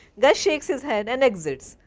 gus shakes his head and exits.